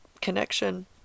connection